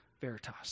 Veritas